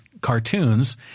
cartoons